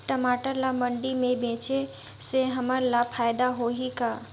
टमाटर ला मंडी मे बेचे से हमन ला फायदा होही का?